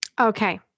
Okay